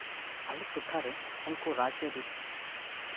ᱟᱞᱮ ᱴᱚᱴᱷᱟᱨᱮ ᱩᱱᱠᱩ ᱨᱟᱡᱽᱟᱹᱨᱤ